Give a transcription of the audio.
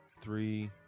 three